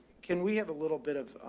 can we have a little bit of,